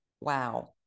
Wow